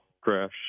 crash